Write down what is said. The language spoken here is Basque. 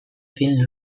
film